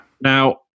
Now